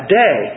day